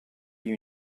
you